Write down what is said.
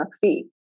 fee